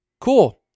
cool